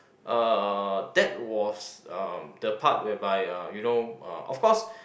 uh that was uh the part whereby uh you know uh of course